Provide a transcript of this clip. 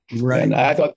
Right